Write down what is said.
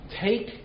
take